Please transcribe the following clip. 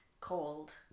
called